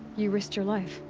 you risked your life.